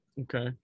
okay